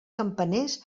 campaners